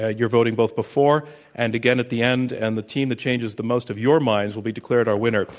ah you're voting both before and again at the end, and the team that changes the most of your minds will be declared our winner.